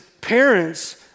parents